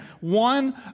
One